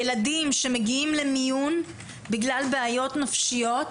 ילדים שמגיעים למיון בגלל בעיות נפשיות